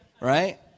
Right